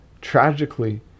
tragically